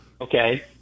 okay